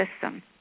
system